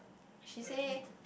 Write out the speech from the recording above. she say